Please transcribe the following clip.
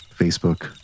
Facebook